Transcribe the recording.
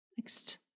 Next